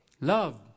love